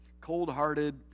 cold-hearted